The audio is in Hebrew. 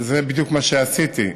זה בדיוק מה שעשיתי: